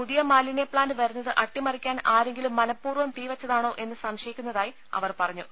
പുതിയ മാലിന്യപ്ലാന്റ് വരുന്നത് അട്ടിമറിക്കാൻ ആരെങ്കിലും മനഃപൂർവൃം തീവെച്ചതാണോ എന്ന് സംശയിക്കുന്നതായി അവർ പറഞ്ഞു